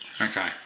Okay